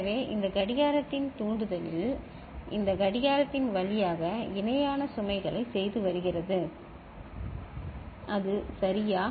எனவே இந்த கடிகாரத்தின் தூண்டுதலில் இந்த கடிகாரத்தின் வழியாக இணையான சுமைகளைச் செய்து வருகிறது அது சரியா